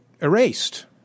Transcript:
erased